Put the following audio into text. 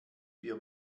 wir